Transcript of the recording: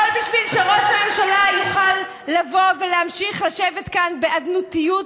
הכול בשביל שראש הממשלה יוכל לבוא ולהמשיך לשבת כאן באדנותיות,